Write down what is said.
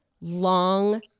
long